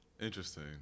Interesting